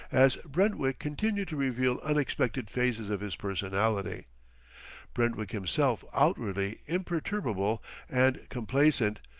as brentwick continued to reveal unexpected phases of his personality brentwick himself outwardly imperturbable and complacent,